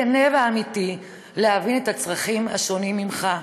ואמיתי להבין את הצרכים של השונים ממך.